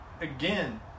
again